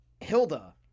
Hilda